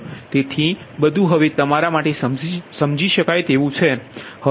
તેથી બધું હવે તમારા માટે સમજી શકાય તેવું છે